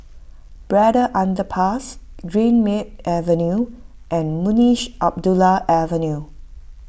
Braddell Underpass Greenmead Avenue and Munshi Abdullah Avenue